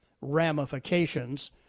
ramifications